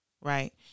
right